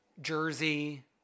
Jersey